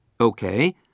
Okay